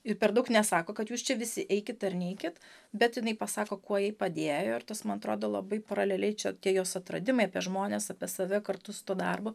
ir per daug nesako kad jūs čia visi eikit ir neikit bet jinai pasako kuo jai padėjo ir tas man atrodo labai paraleliai čia tie jos atradimai apie žmones apie save kartu su tuo darbu